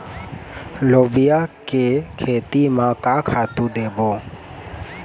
लोबिया के खेती म का खातू देबो?